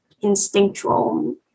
instinctual